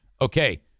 Okay